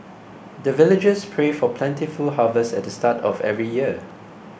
the villagers pray for plentiful harvest at the start of every year